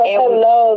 hello